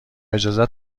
اجازه